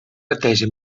neteja